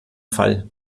fall